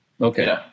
Okay